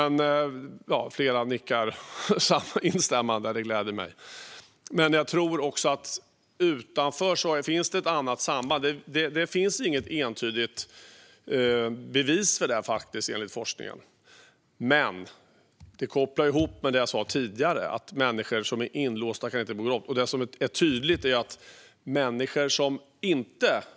Flera nickar instämmande, vilket gläder mig. Men jag tror att det utanför finns ett annat sammanhang. Det finns enligt forskningen faktiskt inget entydigt bevis för en avskräckande effekt. Detta hänger ihop med det jag sa tidigare. Människor som är inlåsta kan inte begå brott. Det är också tydligt att för människor som lever på brott är straffrätten inte relevant.